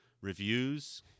reviews